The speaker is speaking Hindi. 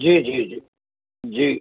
जी जी जी जी